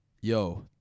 Yo